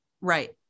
Right